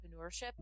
entrepreneurship